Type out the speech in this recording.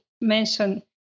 mention